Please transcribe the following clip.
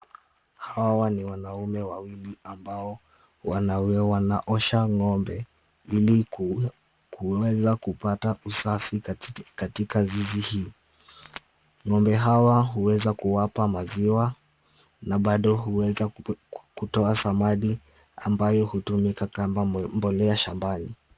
Hawa ni wanaume wawili ambao wanaosha ng'ombe ili kuweza kupata usafi katika zizi hii. Ng'ombe hawa huweza kuwapa maziwa na bado huweza kutoa samadi ambayo hutumika kama mbolea shambani.